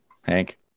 Hank